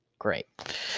Great